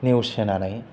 नेवसिनानै